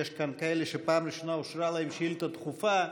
יש כאן כאלה שבפעם הראשונה אושרה להם שאילתה דחופה,